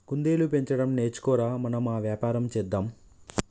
కుందేళ్లు పెంచడం నేర్చుకో ర, మనం ఆ వ్యాపారం చేద్దాం